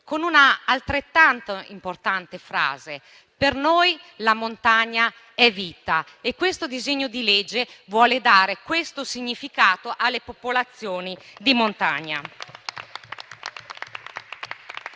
frase altrettanto importante: per noi la montagna è vita. Questo disegno di legge vuole dare questo significato alle popolazioni di montagna.